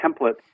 templates